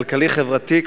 הכלכלי-חברתי,